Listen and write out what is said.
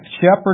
shepherd